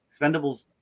Expendables